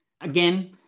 Again